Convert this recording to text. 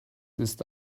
ist